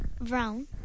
Brown